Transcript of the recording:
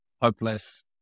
hopeless